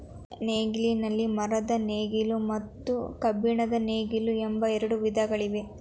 ನೇಗಿಲಿನಲ್ಲಿ ಮರದ ನೇಗಿಲು ಮತ್ತು ಕಬ್ಬಿಣದ ನೇಗಿಲು ಎಂಬ ಎರಡು ವಿಧಗಳಿವೆ